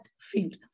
field